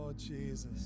Jesus